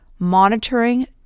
monitoring